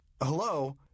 hello